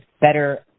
better